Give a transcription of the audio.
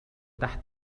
تحت